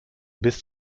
bist